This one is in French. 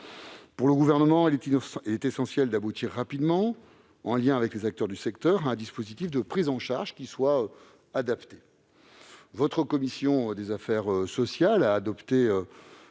Pour le Gouvernement, il est donc essentiel d'aboutir rapidement, en lien avec les acteurs du secteur, à un dispositif de prise en charge adapté. La commission des affaires sociales a adopté